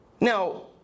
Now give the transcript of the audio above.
Now